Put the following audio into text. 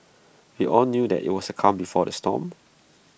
we all knew that IT was the calm before the storm